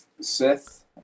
Sith